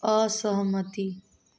असहमति